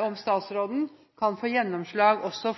om statsråden kan få gjennomslag også